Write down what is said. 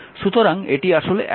সুতরাং এটি আসলে 192 ওয়াট হবে